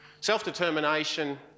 Self-determination